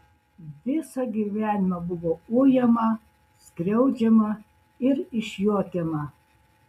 visą gyvenimą buvo ujama skriaudžiama ir išjuokiama